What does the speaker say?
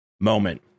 moment